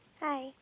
Hi